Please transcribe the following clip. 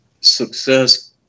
success